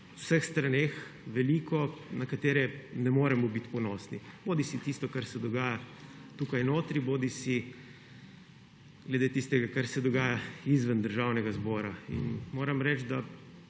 vseh straneh veliko, na katere ne moremo biti ponosni, bodisi tisto, kar se dogaja tukaj notri, bodisi glede tistega, kar se dogaja izven Državnega zbora. In moram reči, da